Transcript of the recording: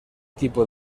tipo